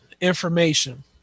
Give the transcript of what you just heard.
information